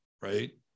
right